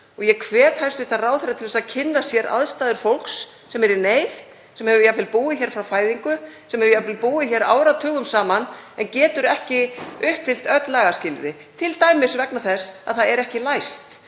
Ég hvet hæstv. ráðherra til að kynna sér aðstæður fólks sem er í neyð, sem hefur jafnvel búið hér frá fæðingu, sem hefur jafnvel búið hér áratugum saman en getur ekki uppfyllt öll lagaskilyrði, t.d. vegna þess að það er ekki læst,